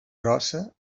grossa